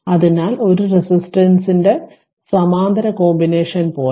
അതിനാൽ ആ ഒരു റെസിസ്റ്ററിന്റെ സമാന്തര കോമ്പിനേഷൻ പോലെ